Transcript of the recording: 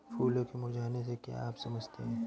फूलों के मुरझाने से क्या आप समझते हैं?